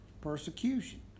persecution